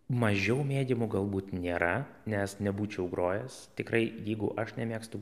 mažiau mėgiamų galbūt nėra nes nebūčiau grojęs tikrai jeigu aš nemėgstu